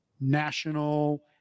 national